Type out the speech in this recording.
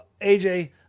AJ